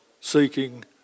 seeking